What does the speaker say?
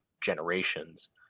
generations